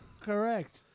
Correct